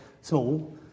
small